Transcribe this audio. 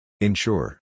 Ensure